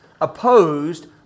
opposed